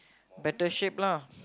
better shape lah